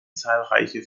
zahlreiche